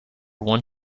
one